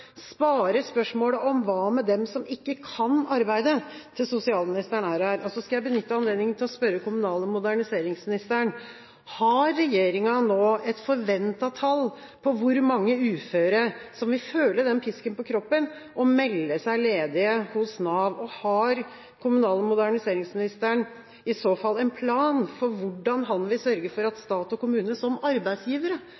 spare spørsmålet «Hva med dem som ikke kan arbeide?» til sosialministeren er her. Nå vil jeg benytte anledningen til å spørre kommunal- og moderniseringsministeren: Har regjeringa nå et forventet tall for hvor mange uføre som vil føle pisken på kroppen og melde seg ledige hos Nav, og har kommunal- og moderniseringsministeren i så fall en plan for hvordan han vil sørge for at